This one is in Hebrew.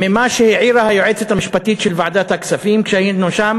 ממה שהעירה היועצת המשפטית של ועדת הכספים כשהיינו שם.